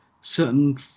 certain